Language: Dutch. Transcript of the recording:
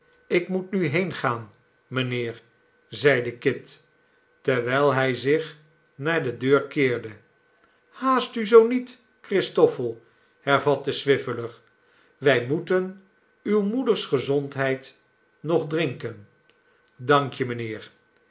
ik moet nuheengaan mijnheer zeide kit terwijl hij zich naar de deur keerde haast u zoo niet christoffel hervatte swiveller wij moeten uw moeders gezondheid nog drinken dank je